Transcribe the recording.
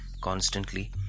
constantly